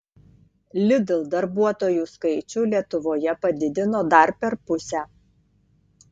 lidl darbuotojų skaičių lietuvoje padidino dar per pusę